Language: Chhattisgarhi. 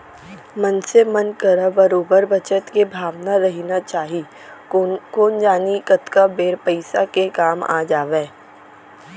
मनसे मन करा बरोबर बचत के भावना रहिना चाही कोन जनी कतका बेर पइसा के काम आ जावय